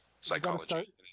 psychology